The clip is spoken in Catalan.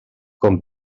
com